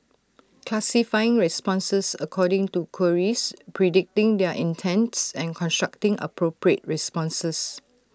classifying responses according to queries predicting their intents and constructing appropriate responses